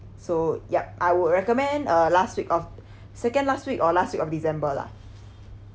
so yup I would recommend uh last week of second last week or last week of december lah